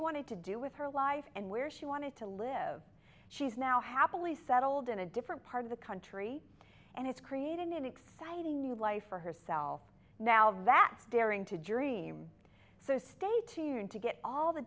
wanted to do with her life and where she wanted to live she's now happily settled in a different part of the country and it's creating an exciting new life for herself now that's daring to dream so stay tuned to get all the